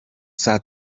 saa